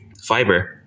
fiber